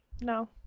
no